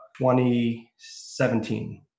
2017